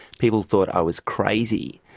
people thought i was crazy,